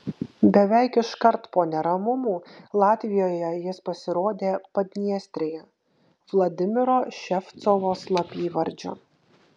beveik iškart po neramumų latvijoje jis pasirodė padniestrėje vladimiro ševcovo slapyvardžiu